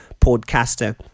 podcaster